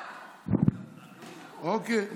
לא.